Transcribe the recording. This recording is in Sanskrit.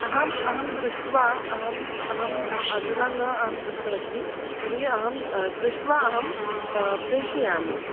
अहम् अहं दृष्ट्वा अहम् अहम् अधुना न अहं दृष्टवती तर्हि अहं दृष्ट्वा अहं प्रेषयामि